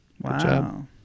Wow